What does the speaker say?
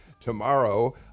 tomorrow